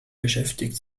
beschäftigt